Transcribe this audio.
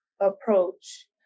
approach